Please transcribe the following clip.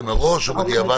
אם זה מראש או בדיעבד.